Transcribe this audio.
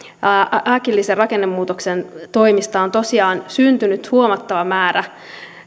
äkillisen rakennemuutoksen toimista on tosiaan huomattava määrä